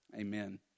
amen